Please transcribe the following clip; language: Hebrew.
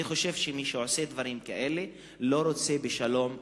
אני חושב שמי שעושה דברים כאלה לא רוצה בשלום אמיתי.